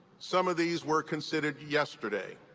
some of these were considered yesterday.